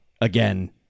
again